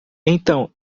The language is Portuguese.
então